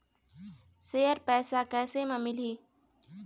Share पैसा कैसे म मिलही?